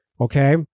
Okay